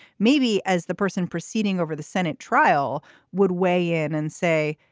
maybe as the person proceeding over the senate trial would weigh in and say,